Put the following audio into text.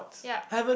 yup